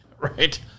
Right